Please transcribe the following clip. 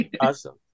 awesome